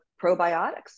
probiotics